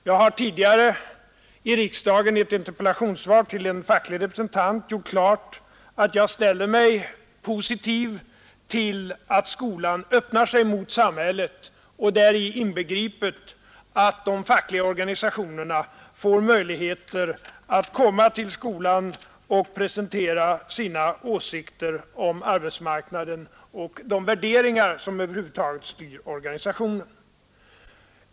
Jag har tidigare i riksdagen i ett interpellationssvar till en facklig representant klargjort att jag ställer mig positiv till att skolan öppnar sig mot samhället och däri inbegripet att de fackliga organisationerna får möjligheter att komma till skolan och presentera sina åsikter om arbetsmarknaden och de värderingar som över huvud taget styr organisationerna.